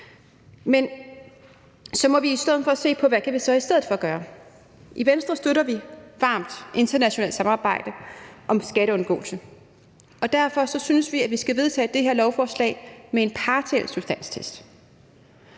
Men så må vi se på, hvad vi så kan gøre i stedet for. I Venstre støtter vi varmt et internationalt samarbejde om skatteundgåelse, og derfor synes vi, at vi skal vedtage det her lovforslag med en partiel substanstest.